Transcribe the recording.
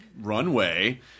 runway